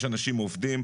יש אנשים עובדים,